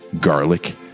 garlic